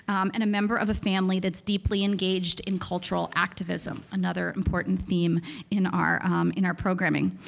and a member of a family that's deeply engaged in cultural activism, another important theme in our in our programming.